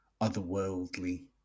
otherworldly